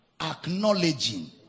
acknowledging